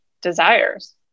desires